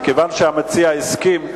מכיוון שהמציע הסכים,